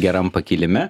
geram pakilime